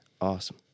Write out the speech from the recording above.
awesome